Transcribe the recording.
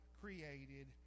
created